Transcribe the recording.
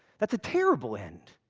that's a terrible end!